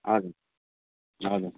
हजुर हजुर